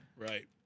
Right